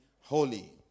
holy